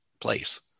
place